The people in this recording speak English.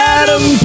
Adam